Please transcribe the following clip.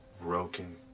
Broken